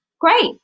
great